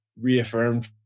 reaffirmed